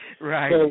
right